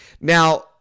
Now